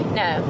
no